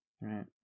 right